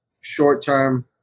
short-term